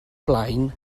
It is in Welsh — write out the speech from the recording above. blaen